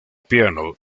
piano